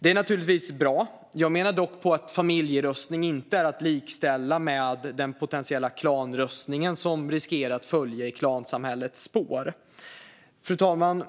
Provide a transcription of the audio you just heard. Det är naturligtvis bra. Jag menar dock på att familjeröstning inte är att likställa med den potentiella klanröstning som riskerar att följa i klansamhällets spår. Fru talman!